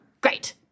Great